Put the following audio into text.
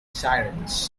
sirens